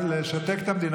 השר קרעי,